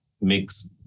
mix